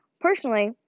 Personally